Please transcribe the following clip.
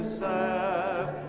serve